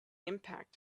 impact